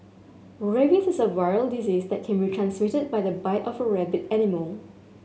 rabies is a viral disease that can be transmitted by the bite of a rabid animal